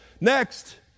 Next